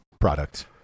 product